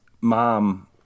mom